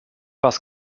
was